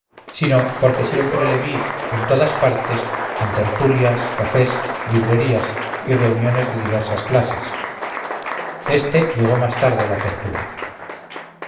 sino porque siempre le vi en todas partes en tertulias cafés librerías y reuniones de diversas clases este llegó más tarde a la tertulia